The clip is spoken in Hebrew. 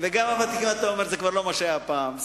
וגם הוותיקים זה כבר לא מה שהיה פעם.